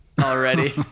Already